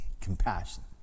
compassion